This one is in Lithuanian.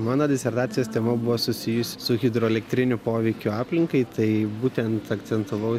mano disertacijos tema buvo susijusi su hidroelektrinių poveikiu aplinkai tai būtent akcentavau